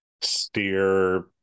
steer